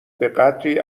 بهقدری